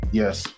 yes